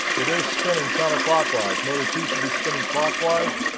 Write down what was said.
it is spinning counterclockwise. motor two should be spinning clockwise.